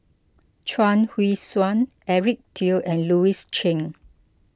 Chuang Hui Tsuan Eric Teo and Louis Chen